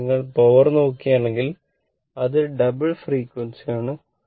ഇപ്പോൾ നിങ്ങൾ പവർ നോക്കുകയാണെങ്കിൽ ഇത് ഡബിൾ ഫ്രേക്യുഎൻസി ആണ്